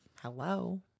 hello